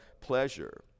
pleasure